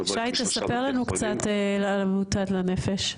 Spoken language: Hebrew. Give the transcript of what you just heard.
שי תספר לנו קצת על עמותת לנפש.